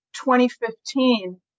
2015